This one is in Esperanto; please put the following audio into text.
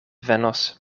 venos